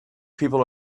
people